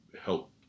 help